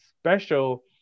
special